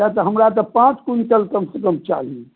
किये तऽ हमरा तऽ पाँच क्विण्टल कम सॅं कम चाही